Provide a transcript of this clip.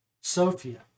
Sophia